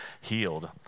healed